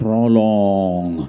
Prolong